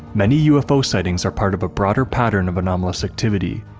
many ufo sightings are part of a broader pattern of anomalous activity,